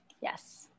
Yes